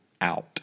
out